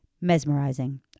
mesmerizing